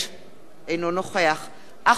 אינו נוכח אחמד טיבי,